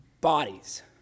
bodies